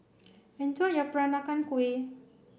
enjoy your Peranakan Kueh